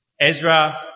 Ezra